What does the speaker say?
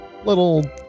little